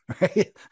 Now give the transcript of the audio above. Right